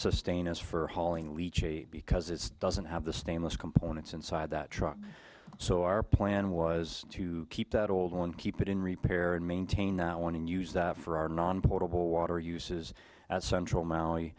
sustain us for hauling leach because it doesn't have the stainless components inside that truck so our plan was to keep the old one keep it in repair and maintain that one and use that for our non potable water uses central maui